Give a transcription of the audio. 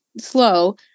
slow